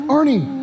Arnie